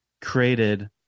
created